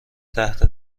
تحت